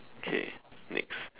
okay next